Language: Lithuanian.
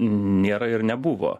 nėra ir nebuvo